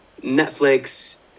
Netflix